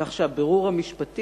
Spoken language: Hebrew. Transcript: כך שהבירור המשפטי